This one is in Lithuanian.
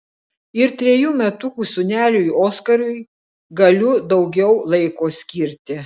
ir trejų metukų sūneliui oskarui galiu daugiau laiko skirti